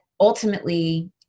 ultimately